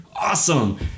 awesome